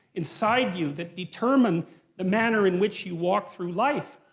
inside you that determine the manner in which you walk through life.